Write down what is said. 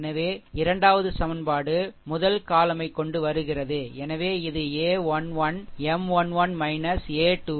எனவே இரண்டாவது சமன்பாடு முதல் column யை கொண்டு வருகிறது எனவே இது a 1 1 M 1 1 a 21